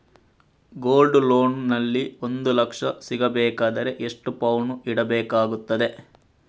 Gold loan ನಲ್ಲಿ ಒಂದು ಲಕ್ಷ ಸಿಗಬೇಕಾದರೆ ಎಷ್ಟು ಪೌನು ಇಡಬೇಕಾಗುತ್ತದೆ?